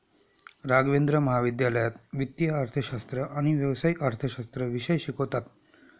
राघवेंद्र महाविद्यालयात वित्तीय अर्थशास्त्र आणि व्यावसायिक अर्थशास्त्र विषय शिकवतात